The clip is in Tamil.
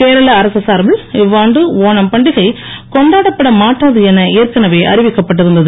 கேரள அரசு சார்பில் இவ்வாண்டு ஓணம் பண்டிகை கொண்டாடப்பட மாட்டாது என ஏற்கனவே அறிவிக்கப்பட்டு இருந்தது